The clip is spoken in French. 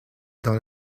dans